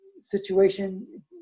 Situation